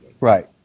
Right